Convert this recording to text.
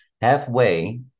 Halfway